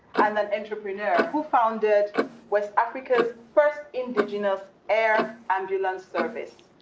and an entrepreneur who founded west africa's first indigenous air ambulance service,